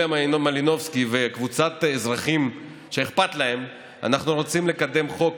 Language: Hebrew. מלינובסקי וקבוצת אזרחים שאכפת להם אנחנו רוצים לקדם חוק